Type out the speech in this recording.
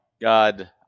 God